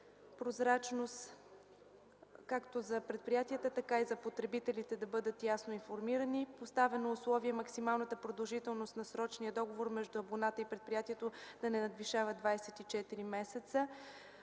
прозрачност както за предприятията, така и за потребителите – да бъдат ясно информирани, поставено е условие максималната продължителност на срочния договор между абоната и предприятието да не надвишава 24 месеца,